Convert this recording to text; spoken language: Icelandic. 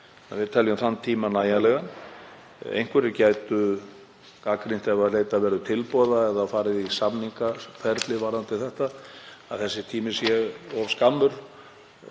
Við teljum þann tíma nægjanlegan. Einhverjir gætu gagnrýnt, ef leitað verður tilboða eða farið í samningaferli varðandi þetta, að þessi tími sé of skammur,